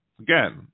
Again